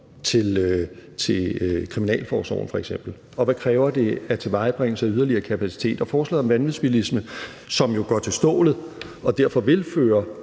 til kriminalforsorgen, og hvad det kræver af tilvejebringelse af yderligere kapacitet. Med hensyn til forslaget om vanvidsbilisme, som jo går til stålet og derfor vil føre